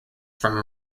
from